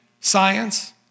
science